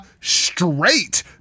straight